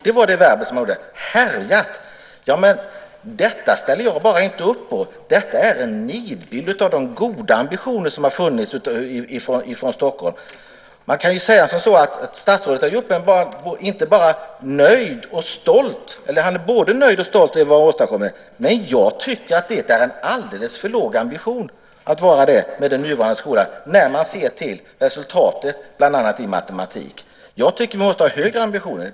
Det var det verb som han använde. Detta ställer jag inte upp på. Detta är en nidbild av de goda ambitioner som har funnits i Stockholm. Man kan säga som så att statsrådet uppenbarligen är både stolt och nöjd med vad han har åstadkommit. Nej, jag tycker att det en alldeles för låg ambition i den nuvarande skolan när man ser på resultaten bland annat i matematik. Jag tycker att man måste ha högre ambitioner.